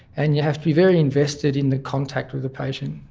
and you have to be very invested in the contact with the patient.